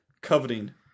coveting